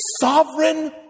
sovereign